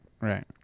right